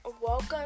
welcome